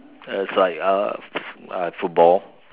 uh it's like uh I have football